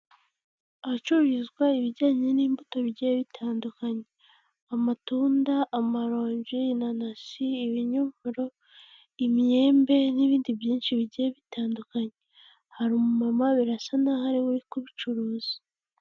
Ahacururizwa ibijyanye n'imbuto bigiye bitandukanye. Amatunda, amaronji, inanasi, ibinyomoro, imyembe, n'ibindi byinshi bigiye bitandukanye. Hari umumama birasa n'aho ariwe uri kubicuruza.